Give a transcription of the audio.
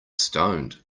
stoned